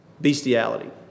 bestiality